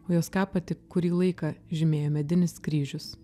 o jos kapą tik kurį laiką žymėjo medinis kryžius